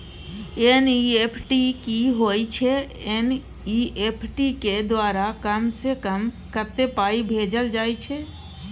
NEFT की होय छै एन.ई.एफ.टी के द्वारा कम से कम कत्ते पाई भेजल जाय छै?